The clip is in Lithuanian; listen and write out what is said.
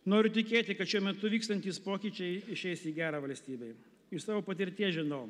noriu tikėti kad šiuo metu vykstantys pokyčiai išeis į gera valstybei iš savo patirties žinau